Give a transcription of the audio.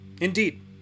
Indeed